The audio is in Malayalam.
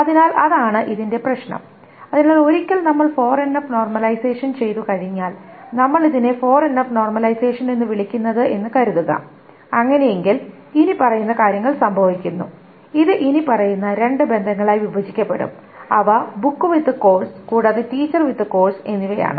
അതിനാൽ അതാണ് ഇതിന്റെ പ്രശ്നം അതിനാൽ ഒരിക്കൽ നമ്മൾ 4NF നോർമലൈസേഷൻ ചെയ്തുകഴിഞ്ഞാൽ നമ്മൾ ഇതിനെയാണ് 4NF നോർമലൈസേഷൻ എന്ന് വിളിക്കുന്നത് എന്ന് കരുതുക അങ്ങനെയെങ്കിൽ ഇനിപ്പറയുന്ന കാര്യങ്ങൾ സംഭവിക്കുന്നു ഇത് ഇനിപ്പറയുന്ന രണ്ട് ബന്ധങ്ങളായി വിഭജിക്കപ്പെടും അവ ബുക്ക് വിത്ത് കോഴ്സ് കൂടാതെ ടീച്ചർ വിത്ത് കോഴ്സ് എന്നിവയാണ്